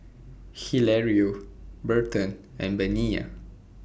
Hilario Berton and Bina